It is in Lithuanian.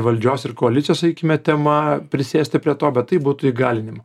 valdžios ir koalicijos sakykime tema prisėsti prie to bet taip būtų įgalinima